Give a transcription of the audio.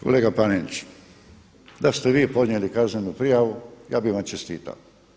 Kolega Penenić, da ste vi podnijeli kaznenu prijavu, ja bih vam čestitao.